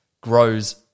grows